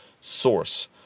source